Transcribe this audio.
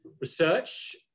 research